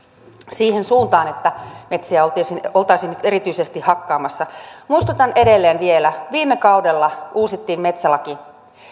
siihen suuntaan että metsiä oltaisiin oltaisiin nyt erityisesti hakkaamassa muistutan edelleen vielä viime kaudella uusittiin metsälaki